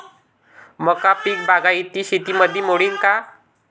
मका पीक बागायती शेतीमंदी मोडीन का?